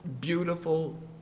beautiful